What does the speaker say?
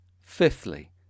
Fifthly